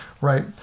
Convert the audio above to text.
right